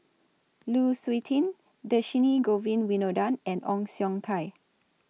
Lu Suitin Dhershini Govin Winodan and Ong Siong Kai